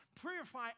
Purify